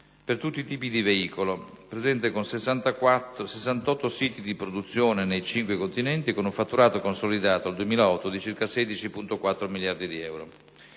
per tutti i tipi di veicolo, è presente con 68 siti di produzione nei cinque continenti e con un fatturato consolidato al 2008 di circa 16.400 miliardi di euro.